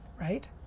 Right